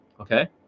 okay